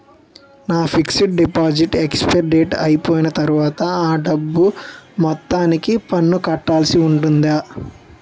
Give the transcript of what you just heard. నా fixed deposit expiry date అయిపోయిన తర్వాత అ డబ్బు మొత్తానికి పన్ను కట్టాల్సి ఉంటుందా?